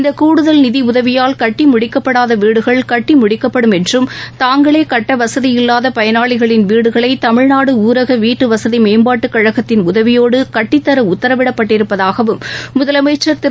இந்த கூடுதல் நிதி உதவியால் கட்டி முடிக்கப்படாத வீடுகள் கட்டி முடிக்கப்படும் என்றும் தாங்களே கட்ட வசதி இல்லாத பயனாளிகளின் வீடுகளை தமிழ்நாடு ஊரக வீட்டுவசதி மேம்பாட்டுக்கழகத்தின் உதவியோடு கட்டித்தர உத்தரவிட்டிருப்பதாகவும் முதலமைச்ச் திரு